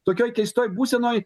tokioj keistoj būsenoj